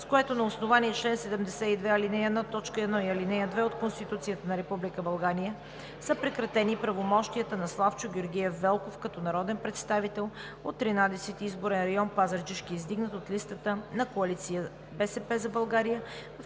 с което на основание чл. 72, ал. 1, т. 1 и ал. 2 от Конституцията на Република България са прекратени правомощията на Славчо Георгиев Велков като народен представител от Тринадесети изборен район – Пазарджишки, издигнат от листата на коалиция БСП за България